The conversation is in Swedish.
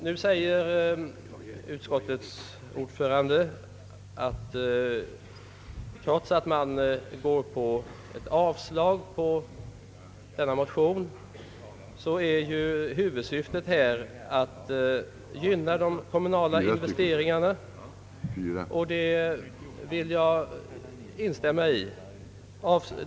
Nu säger utskottets ordförande att trots att man går på ett avslag av denna motion är ju huvudsyftet att gynna de kommunala investeringarna, och det vill jag instämma i.